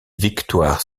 victoire